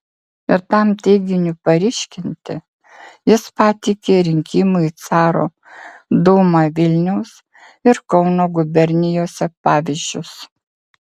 ir tam teiginiui paryškinti jis pateikė rinkimų į caro dūmą vilniaus ir kauno gubernijose pavyzdžius